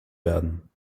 werden